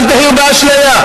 אל תהיו באשליה,